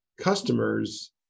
customers